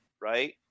right